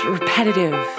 repetitive